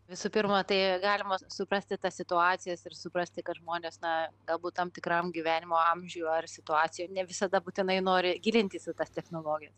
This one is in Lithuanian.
visų pirma tai galima suprasti tas situacijas ir suprasti kad žmonės na galbūt tam tikram gyvenimo amžiuj ar situacijoj ne visada būtinai nori gilintis į tas technologijas